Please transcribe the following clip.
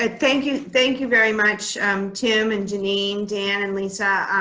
and thank you thank you very much, um tim and janine, dan and lisa.